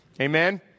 Amen